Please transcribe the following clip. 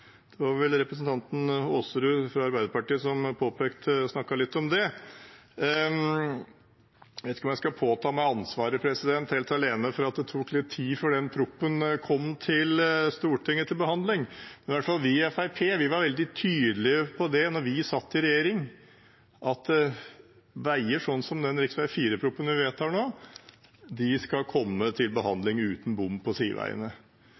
om jeg skal påta meg ansvaret helt alene for at det tok litt tid før den proposisjonen kom til behandling i Stortinget, men vi i Fremskrittspartiet var i hvert fall veldig tydelige da vi satt i regjering, på at veier, som rv. 4 i proposisjonen vi vedtar nå, skal komme til behandling uten bom på sideveiene.